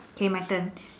okay my turn